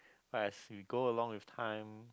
as we go along with time